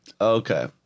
Okay